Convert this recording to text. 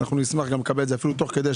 נשמח לקבל את זה אפילו תוך כדי הדיון,